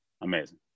Amazing